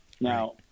Now